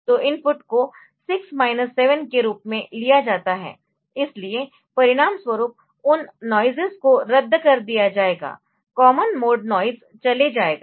तो इनपुट को 6 माइनस 7 के रूप में लिया जाता है इसलिए परिणामस्वरूप उन नोइसेस को रद्द कर दिया जाएगा कॉमन मोड नॉइज़ चले जाएगा